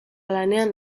lanean